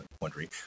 wondering